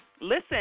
Listen